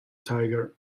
tiger